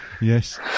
Yes